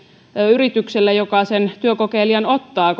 yritykselle joka sen työkokeilijan ottaa